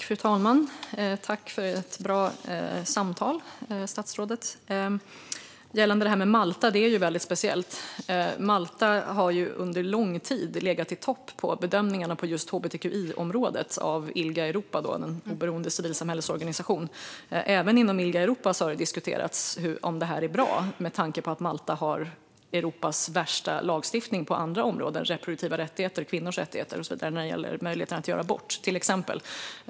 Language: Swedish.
Fru talman! Tack för ett bra samtal, statsrådet! Gällande Malta är det väldigt speciellt. Malta har under lång tid legat i topp i de bedömningar på hbtqi-området som görs av den oberoende civilsamhällesorganisationen ILGA Europa. Även inom ILGA Europa har det diskuterats om detta är bra med tanke på att Malta har Europas värsta lagstiftning på andra områden såsom reproduktiva rättigheter, kvinnors rättigheter och möjligheten att göra abort, till exempel.